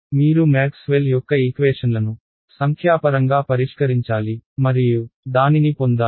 మీరు మ్యాక్స్వెల్ యొక్క ఈక్వేషన్లను సంఖ్యాపరంగా పరిష్కరించాలి మరియు దానిని పొందాలి